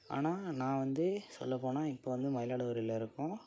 ஆனால் நான் வந்து சொல்லப்போனால் இப்போ வந்து மயிலாடுதுறையில் இருக்கோம்